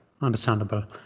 understandable